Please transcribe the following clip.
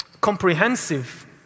comprehensive